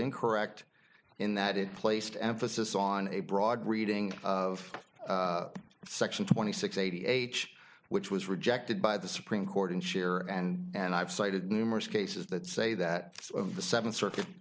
incorrect in that it placed emphasis on a broad reading of section twenty six eighty eight which was rejected by the supreme court and cher and and i've cited numerous cases that say that of the seventh circuit